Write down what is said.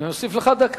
אני מוסיף לך דקה,